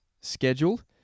scheduled